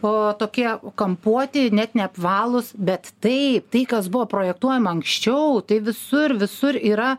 o tokie kampuoti net neapvalūs bet tai tai kas buvo projektuojama anksčiau tai visur visur yra